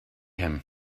him